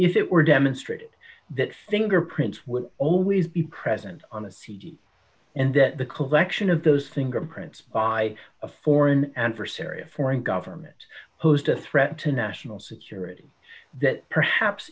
it were demonstrated that fingerprints would always be present on a cd and that the collection of those things prints by a foreign adversary a foreign government posed a threat to national security that perhaps